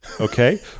okay